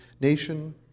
nation